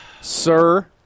Sir